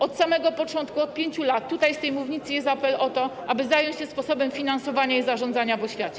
Od samego początku, od 5 lat z tej mównicy jest apel o to, aby zająć się sposobem finansowania i zarządzania w oświacie.